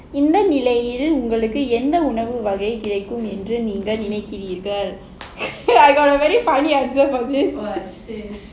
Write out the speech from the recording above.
இந்த நிலையில் உங்களுக்கு என்ன உணவு வகை பிடிக்குமென்று நீங்க நினைக்கிறீர்கள்:indha nilayil ungalukku enna unavu vagai pidikumenru neengal ninaikireengal I got a very funny answer for this